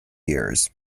years